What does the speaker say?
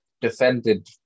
defended